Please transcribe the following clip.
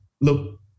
look